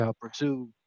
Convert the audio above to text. pursue